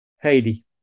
Haiti